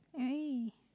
eh